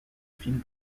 fines